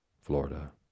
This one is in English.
Florida